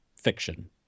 fiction